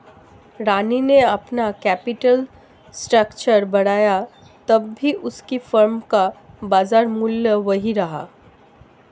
शनी ने अपना capital structure बढ़ाया तब भी उसकी फर्म का बाजार मूल्य वही रहा